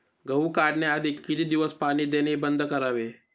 गहू काढण्याआधी किती दिवस पाणी देणे बंद करावे?